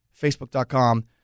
facebook.com